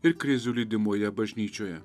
ir krizių lydimoje bažnyčioje